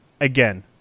again